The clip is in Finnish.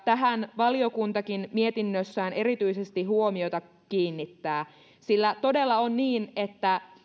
tähän valiokuntakin mietinnössään erityisesti huomiota kiinnittää sillä todella on niin että